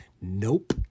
Nope